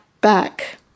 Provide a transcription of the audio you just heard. back